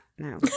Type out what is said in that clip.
No